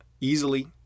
easily